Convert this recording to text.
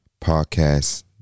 podcast